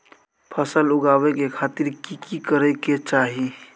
फसल उगाबै के खातिर की की करै के चाही?